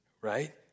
right